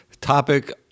topic